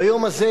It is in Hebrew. ביום הזה